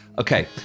Okay